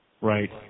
Right